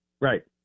Right